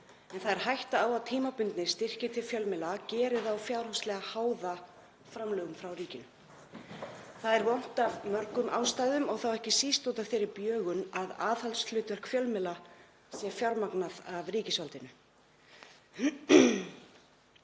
en það er hætta á að tímabundnir styrkir til fjölmiðla geri þá fjárhagslega háða framlögum frá ríkinu. Það er vont af mörgum ástæðum og þá ekki síst út af þeirri bjögun að aðhaldshlutverk fjölmiðla sé fjármagnað af ríkisvaldinu.